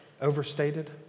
overstated